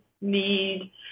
need